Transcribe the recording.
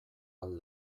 ahal